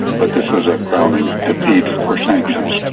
but this was a crowning defeat for sanctions.